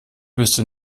wüsste